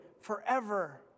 forever